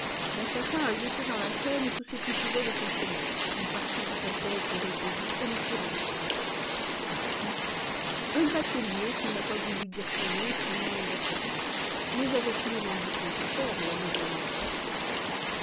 l'assassin a jeté dans la seine tout ce qui pouvait le compromettre une partie du paquet a été recueillie et me fut remise par qui un batelier qui n'a pas voulu dire son nom craignant les représailles mais j'avais tous les indices nécessaires la besogne était facile